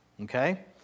Okay